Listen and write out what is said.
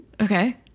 Okay